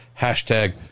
hashtag